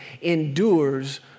endures